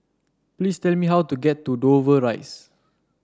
please tell me how to get to Dover Rise